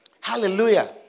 Hallelujah